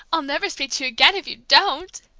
i'll never speak to you again if you don't!